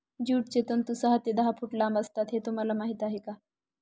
ज्यूटचे तंतू सहा ते दहा फूट लांब असतात हे तुम्हाला माहीत आहे का